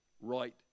right